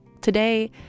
Today